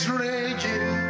raging